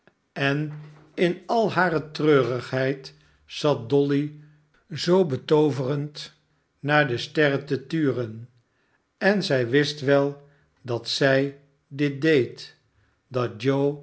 en in al hare treurigheid zat dolly zoo betooverend naar de sterren te turen en zij wist wel dat zij dit deed dat